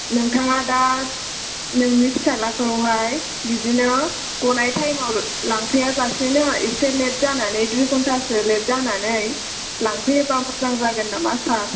नोंथाङा दा नोंनि फिसालाखौहाय बिदिनो गनाय तायेमाव लांफैया जासेनो इसे लेत जानानै दुइ घन्टासो लेत जानानै लांफैयोबा मोजां जागोन नामा सार